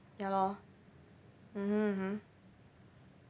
ya lor mmhmm mmhmm